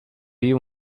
you